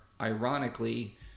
ironically